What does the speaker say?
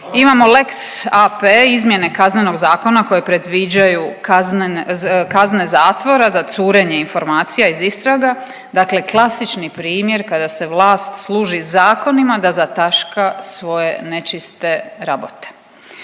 Imamo lex AP, izmjene Kaznenog zakona koje predviđaju kazne zatvora za curenje informacija iz istraga, dakle klasični primjer kada se vlast služi zakonima da zataška svoje nečiste rabote.